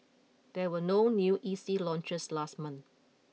there were no new E C launches last month